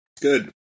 Good